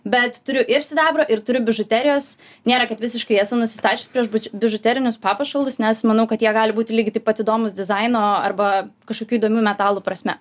bet turiu ir sidabro ir turiu bižuterijos nėra kad visiškai esu nusistačiusi prieš bižu bižuterinius papuošalus nes manau kad jie gali būti lygiai taip pat įdomūs dizaino arba kažkokių įdomių metalų prasme